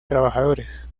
trabajadores